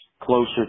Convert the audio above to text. closer